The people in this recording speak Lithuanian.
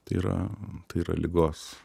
tai yra tai yra ligos